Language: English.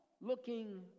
looking